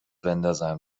بندازم